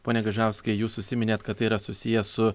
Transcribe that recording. pone gaižauskai jūs užsiminėt kad tai yra susiję su